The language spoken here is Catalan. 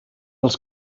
els